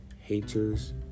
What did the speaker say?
haters